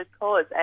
cause